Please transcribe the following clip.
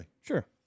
sure